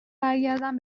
برگردم